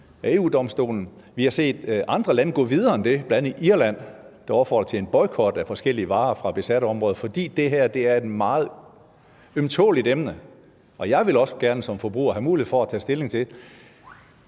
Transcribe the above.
Vi har set andre lande gå videre end det, bl.a. Irland, der opfordrer til at boykotte forskellige varer fra besatte områder, fordi det her er et meget ømtåleligt emne. Jeg vil også gerne som forbruger have mulighed for at tage stilling til